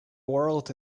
world